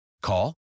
Call